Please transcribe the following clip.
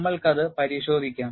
നമ്മൾക്കു അത് പരിശോധിക്കാം